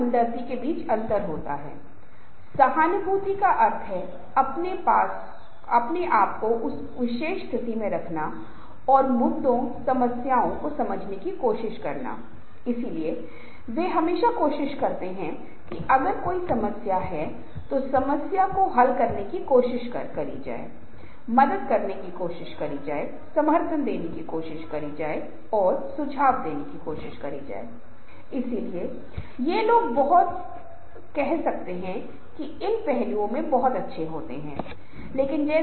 वास्तव में आज की बातचीत में हर दिन दिन बहुत ही सरल और छोटी चीजें हैं जिन्हें आम तौर पर हम अनदेखा कर रहे हैं जैसे जब हम किसी से मिलते हैं तो कितना समय कितना वाक्य या शब्द लेते हैं यदि आप सिर्फ थोड़ा सा मुस्कुराते हुए चेहरे के साथ कह रहे हैं सुप्रभात शुभ दोपहर या किसी को धन्यवाद देना या हमारे छात्रों को थपथपाना अगर उन्होंने कुछ अच्छा किया है तो यह बहुत खर्च नहीं होगा लेकिन आम तौर पर हम अपने दिन में बातचीत के लिए इन छोटी चीजों को टालते है